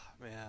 man